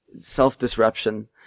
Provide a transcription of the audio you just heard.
self-disruption